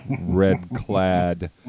red-clad